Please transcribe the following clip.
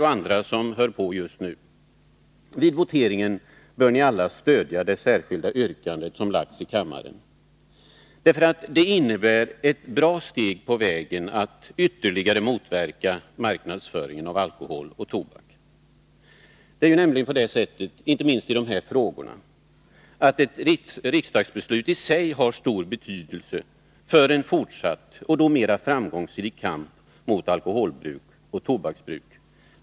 Jag vill kraftigt understryka följande: Vid voteringen bör ni alla stödja det särskilda yrkande som delats ut i kammaren. Det är ett bra steg på vägen när det gäller att ytterligare motverka marknadsföringen av alkohol och tobak. Ett riksdagsbeslut har i sig stor betydelse för en fortsatt och mera framgångsrik kamp mot alkoholbruk och tobaksbruk.